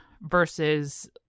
versus